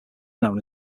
known